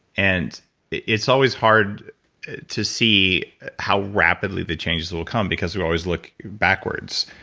and it's always hard to see how rapidly the changes will come because we always look backwards,